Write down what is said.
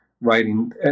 writing